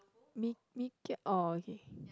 mee~ mee kia orh okay